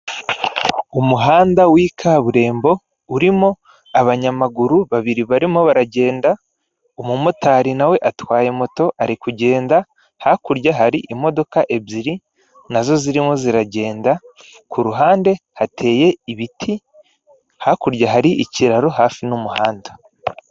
Umuhanda w'ikaburembo, urimo abanyamaguru babiri barimo baragenda, umumotari na we atwaye moto ari kugenda, hakurya hari imodoka ebyiri na zo zirimo ziragenda, ku ruhande hateye ibiti, hakurya hari ikiraro, hafi n'umuhanda.